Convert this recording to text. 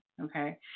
Okay